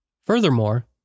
Furthermore